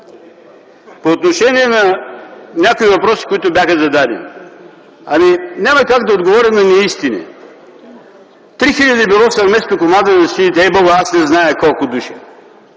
По отношение на някои въпроси, които бяха зададени – няма как да отговоря на неистини. Три хиляди било съвместното командване на силите. Ей Богу, аз не зная колко души